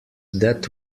that